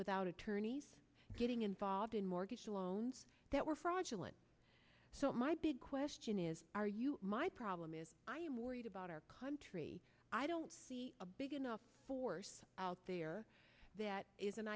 without attorneys getting involved in mortgage loans that were fraudulent so my big question is are you my problem is i am worried about our country i don't see a big enough force out there that is an